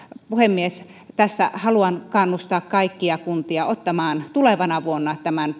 puhemies tässä haluan kannustaa kaikkia kuntia ottamaan tulevana vuonna tämän